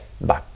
Bye